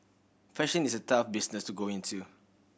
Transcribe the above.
fashion is a tough business to go into